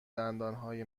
دندانهای